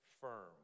firm